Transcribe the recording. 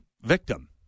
victim